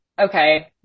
okay